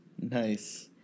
Nice